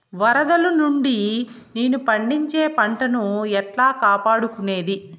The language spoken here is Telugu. వరదలు నుండి నేను పండించే పంట ను ఎట్లా కాపాడుకునేది?